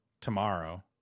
tomorrow